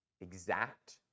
exact